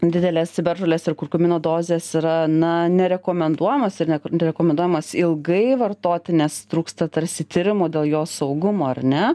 didelės ciberžolės ir kurkumino dozės yra na nerekomenduojamos ir ne rekomenduojamos ilgai vartoti nes trūksta tarsi tyrimų dėl jo saugumo ar ne